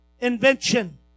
invention